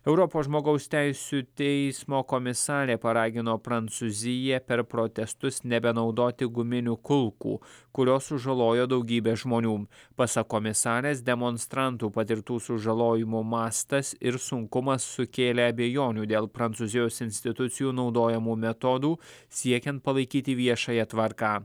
europos žmogaus teisių teismo komisarė paragino prancūziją per protestus nebenaudoti guminių kulkų kurios sužalojo daugybę žmonių pasak komisarės demonstrantų patirtų sužalojimo mastas ir sunkumas sukėlė abejonių dėl prancūzijos institucijų naudojamų metodų siekiant palaikyti viešąją tvarką